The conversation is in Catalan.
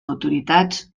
autoritats